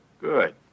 Good